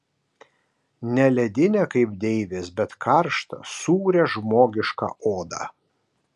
ne ledinę kaip deivės bet karštą sūrią žmogišką odą